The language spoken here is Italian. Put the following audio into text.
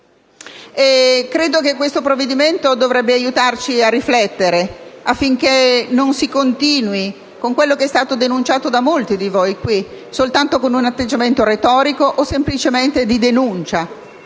Credo che questo provvedimento dovrebbe aiutarci a riflettere affinché non si continui con quello che è stato denunciato da molti in questa sede come un atteggiamento retorico o semplicemente di denuncia